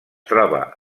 troba